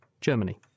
Germany